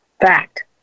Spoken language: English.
fact